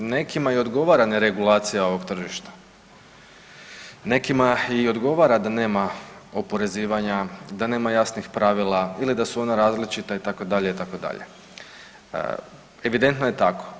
Nekima i odgovara ne regulacija ovog tržišta, nekima i odgovara da nema oporezivanja, da nema jasnih pravila ili da su ona različita itd. itd., evidentno je tako.